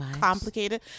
complicated